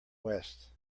west